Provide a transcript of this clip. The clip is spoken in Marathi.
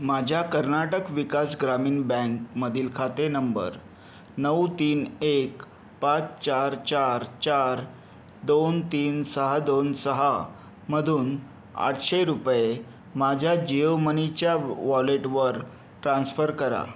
माझ्या कर्नाटक विकास ग्रामीण बँकमधील खाते नंबर नऊ तीन एक पाच चार चार चार दोन तीन सहा दोन सहामधून आठशे रुपये माझ्या जिओमनीच्या वॉ वॉलेटवर ट्रान्स्फर करा